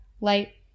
light